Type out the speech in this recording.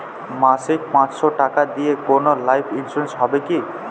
মাসিক পাঁচশো টাকা দিয়ে কোনো লাইফ ইন্সুরেন্স হবে কি?